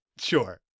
Sure